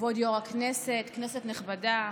כבוד יושב-ראש הכנסת, כנסת נכבדה,